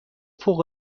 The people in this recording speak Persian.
فوق